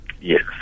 Yes